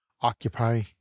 occupy